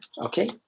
okay